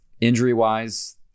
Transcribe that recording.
Injury-wise